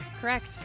Correct